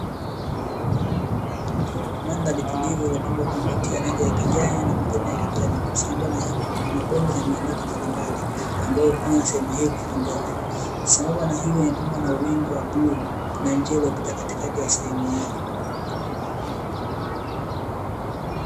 Mandhari tulivu iliyopambwa kwa miti ya rangi ya kijani na majani ya kijani, sambamba na hilo kuna mabonde na miinuko mbalimbali ambayo hufanya sehemu hii kupendeza, sambamba na hilo limepambwa na wingu la bluu na njia iliyopita katikati ya sehemu hii.